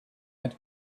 had